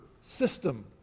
system